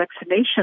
vaccination